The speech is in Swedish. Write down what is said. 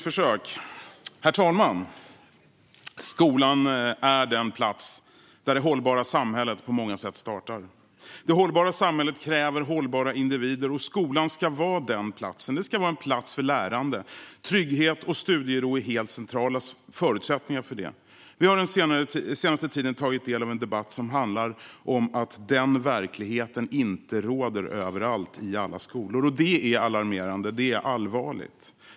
Herr talman! Skolan är den plats där det hållbara samhället på många sätt startar. Det hållbara samhället kräver hållbara individer, och skolan ska vara denna plats. Den ska vara en plats för lärande, och trygghet och studiero är centrala förutsättningar för det. Vi har den senaste tiden tagit del av en debatt som handlar om att denna verklighet inte råder överallt i alla skolor, och detta är alarmerande och allvarligt.